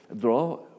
draw